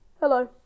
Hello